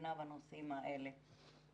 המדינה בנושאים האלה.